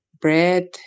bread